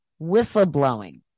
whistleblowing